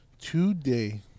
today